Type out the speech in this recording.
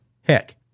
Heck